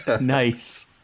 Nice